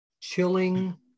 chilling